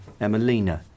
Emelina